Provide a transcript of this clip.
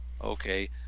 Okay